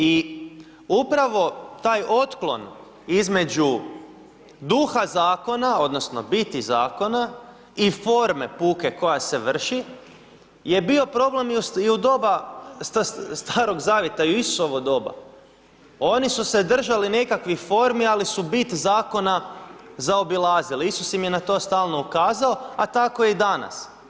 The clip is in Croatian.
I upravo taj otklon između duha zakona odnosno biti zakona i forme puke koja se vrši je bio problem i u doba Starog zavjeta i u Isusovo doba, oni su se držali nekakvih formi, ali su bit zakona zaobilazili, Isus im je na to stalno ukazao, a tako je i danas.